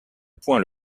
point